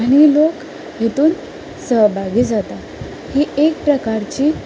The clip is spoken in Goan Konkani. आनी लोक हितून सहभागी जाता ही एक प्रकारची